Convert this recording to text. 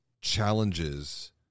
challenges